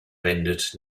wendet